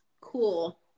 Cool